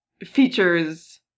features